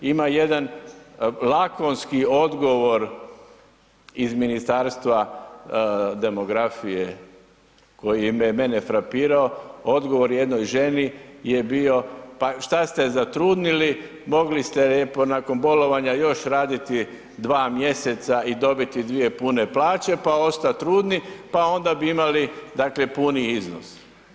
Ima jedan lakonski odgovor iz Ministarstva demografije koji je mene frapirao, odgovor jednoj ženi je bio, pa šta ste zatrudnili mogli ste lijepo nakon bolovanja još raditi 2 mjeseca i dobiti dvije pune plaće, pa ostat trudni, pa onda bi imali dakle, puni iznos.